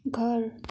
घर